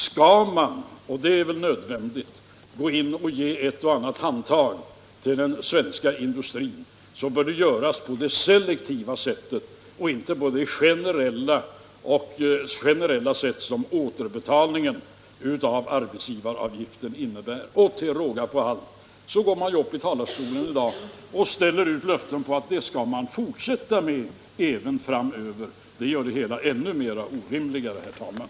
Skall man — och det är väl nödvändigt — gå in och ge ett och annat handtag till den svenska industrin bör det göras på det selektiva sättet, och inte på det generella sätt som återbetalningen av arbetsgivaravgiften innebär. Till råga på allt ställer man i dag ut löften om att man skall fortsätta med det även framöver. Det gör det hela ännu mer orimligt, herr talman!